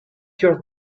your